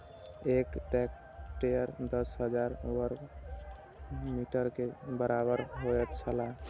एक हेक्टेयर दस हजार वर्ग मीटर के बराबर होयत छला